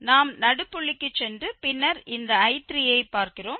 நாம் நடுப்புள்ளிக்கு சென்று பின்னர் இந்த I3 ஐ பார்க்கிறோம்